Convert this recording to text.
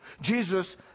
Jesus